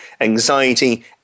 anxiety